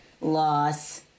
loss